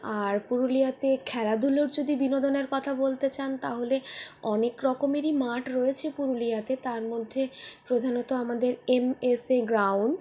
আর পুরুলিয়াতে খেলাধুলোর যদি বিনোদনের কথা বলতে চান তাহলে অনেক রকমেরই মাঠ রয়েছে পুরুলিয়াতে তার মধ্যে প্রধানত আমাদের এমএসএ গ্রাউন্ড